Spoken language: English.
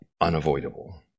unavoidable